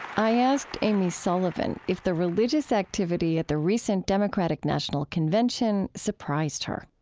i asked amy sullivan if the religious activity at the recent democratic national convention surprised her